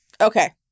Okay